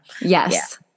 Yes